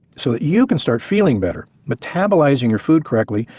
so that you can start feeling better metabolizing your food correctly,